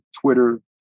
Twitter